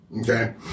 Okay